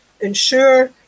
ensure